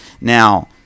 now